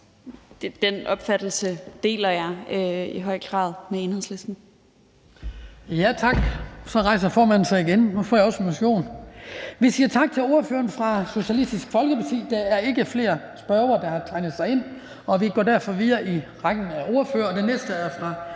Den opfattelse deler jeg i høj grad med Enhedslisten.